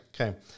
Okay